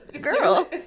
Girl